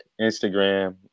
Instagram